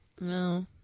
No